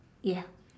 ya